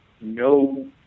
no